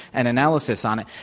an analysis on it.